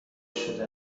شده